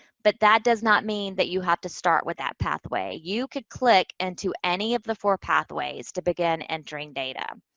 but that does not mean that you have to start with that pathway. you could click and into any of the four pathways to begin entering data.